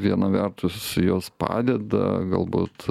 viena vertus jos padeda galbūt